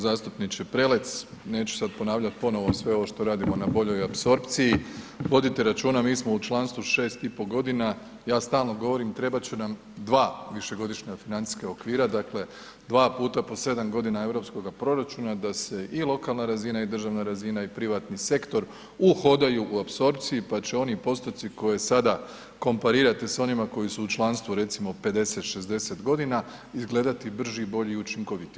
Zastupniče Prelec, neću sada ponavljati ponovo sve ovo što radimo na boljoj apsorpciji, vodite računa mi smo u članstvu 6,5 godina, ja stalno govorim trebat će nam dva višegodišnja financijska okvira, dakle dva puta po sedam godina europskoga proračuna da se i lokalna razina i državna razina i privatni sektor uhodaju u apsorpciji pa će oni postoci koje sada komparirate s onima koji su u članstvu recimo 50, 60 godina izgledati brži, bolji i učinkovitiji.